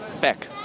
back